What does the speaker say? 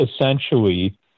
essentially